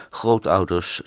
grootouders